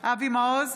אבי מעוז,